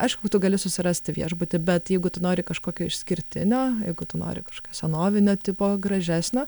aišku tu gali susirasti viešbutį bet jeigu tu nori kažkokio išskirtinio jeigu tu nori kažkio senovinio tipo gražesnio